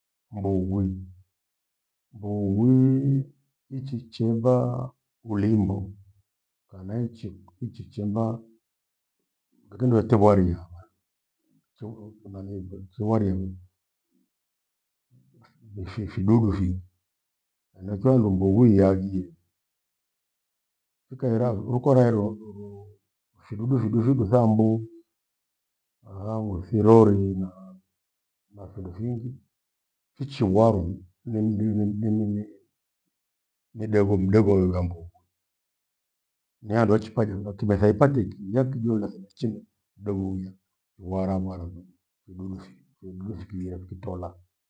Mbughwi, mbugwii ichichemba ulimbo, kanaichi ichichemba, kekindo etephwaria avan. Seuro unanyimbe semwaria- mi neshie- shidudu- vinye. Henachio hadu mbubui ihagie. Hikaira rukora herwa uthuru fidudu fidufidu thambu, alihamu thirori naa- nafido fingi fichiwarwa nimdi- nimdi- nimdi munii ni dogomdogo urambokwe. Nihandu hechipaja natiba thepaitiki ya kijo nasijichene doghuya gwala gwala du- dudufi, kudido fikiria vikitola.